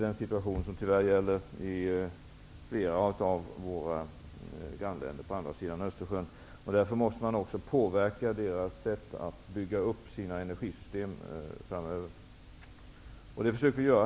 Den situationen gäller tyvärr i flera av våra grannländer på andra sidan Östersjön. Därför måste vi också påverka deras sätt att bygga upp sina energisystem framöver, och det försöker vi göra.